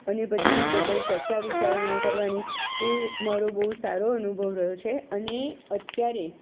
અને પછી બધાય ચર્ચા વિચારણા કરવાની એ મારો બહુ સારો અનુભવ રહ્યો છે અને અત્યારે